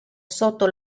sotto